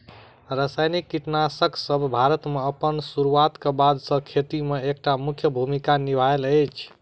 रासायनिक कीटनासकसब भारत मे अप्पन सुरुआत क बाद सँ खेती मे एक टा मुख्य भूमिका निभायल अछि